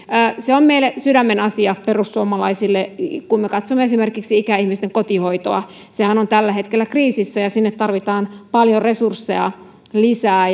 se on meille perussuomalaisille sydämenasia kun katsomme esimerkiksi ikäihmisten kotihoitoa niin sehän on tällä hetkellä kriisissä ja sinne tarvitaan paljon resursseja lisää